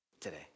today